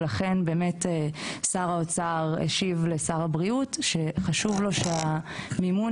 ולכן שר האוצר באמת השיב לשר הבריאות שחשוב לו שהמימון